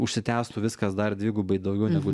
užsitęstų viskas dar dvigubai daugiau negu